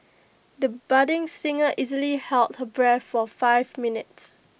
the budding singer easily held her breath for five minutes